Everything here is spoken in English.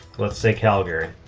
let's say calgary,